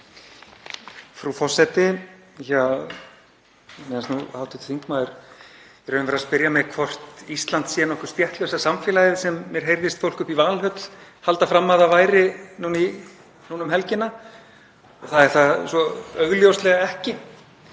Það er það svo augljóslega ekki